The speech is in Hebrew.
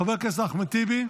חבר הכנסת אחמד טיבי?